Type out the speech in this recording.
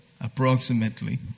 approximately